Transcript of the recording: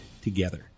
together